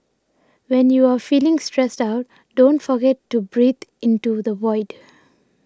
when you are feeling stressed out don't forget to breathe into the void